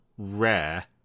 rare